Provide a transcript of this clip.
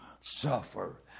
suffer